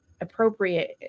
appropriate